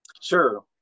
Sure